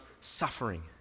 suffering